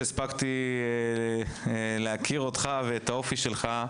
הספקתי להכיר אותך ואת האופי שלך,